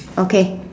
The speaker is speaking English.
okay